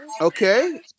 okay